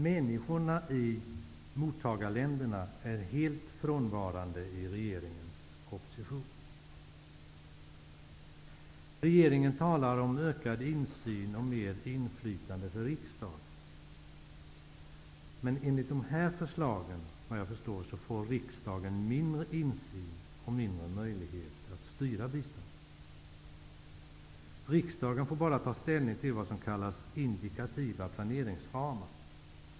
Människorna i mottagarländerna är helt frånvarande i regeringens proposition. Regeringen talar om ökad insyn och mer inflytande för riksdagen. Men enligt dessa förslag får riksdagen, vad jag förstår, mindre insyn och mindre möjlighet att styra biståndet. Riksdagen får bara ta ställning till vad som kallas indikativa planeringsramar.